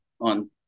on